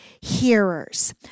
hearers